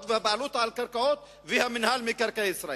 והבעלות על הקרקעות של מינהל מקרקעי ישראל.